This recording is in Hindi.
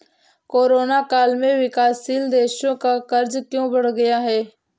कोरोना काल में विकासशील देशों का कर्ज क्यों बढ़ गया है?